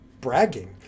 bragging